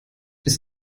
ist